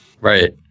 Right